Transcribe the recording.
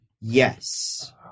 Yes